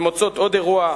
ומוצאות עוד אירוע,